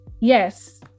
yes